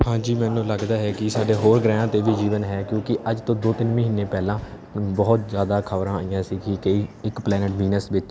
ਹਾਂਜੀ ਮੈਨੂੰ ਲੱਗਦਾ ਹੈ ਕਿ ਸਾਡੇ ਹੋਰ ਗ੍ਰਹਿਆਂ 'ਤੇ ਵੀ ਜੀਵਨ ਹੈ ਕਿਉਂਕਿ ਅੱਜ ਤੋਂ ਦੋ ਤਿੰਨ ਮਹੀਨੇ ਪਹਿਲਾਂ ਬਹੁਤ ਜ਼ਿਆਦਾ ਖਬਰਾਂ ਆਈਆਂ ਸੀ ਕਿ ਕਈ ਇੱਕ ਪਲੈਨਟ ਵੀਨਸ ਵਿੱਚ